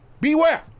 Beware